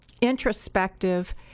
introspective